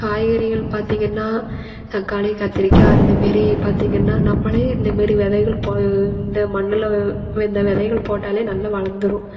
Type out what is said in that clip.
காய்கறிகள் பார்த்தீங்கன்னா தக்காளி கத்திரிக்காய் இந்த மாரி பார்த்தீங்கன்னா நம்மளே இந்த மாரி விதைகள் போ இந்த மண்ணில் இந்த விதைகள் போட்டாலே நல்லா வளர்ந்துரும்